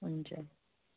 हुन्छ